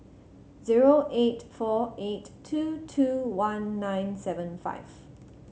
zero eight four eight two two one nine seven five